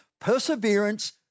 perseverance